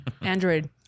Android